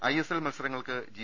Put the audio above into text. ISL മത്സ രങ്ങൾക്ക് G